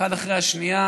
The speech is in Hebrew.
אחד אחרי השנייה,